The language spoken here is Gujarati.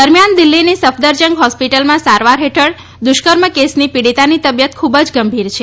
દરમિયાન દિલ્હીની સફદરજંગ હોસ્પિટલમાં સારવાર હેઠળ દુષ્કર્મ કેસની પીડિતાની તબીયત ખુબ જ ગંભીર છે